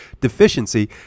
deficiency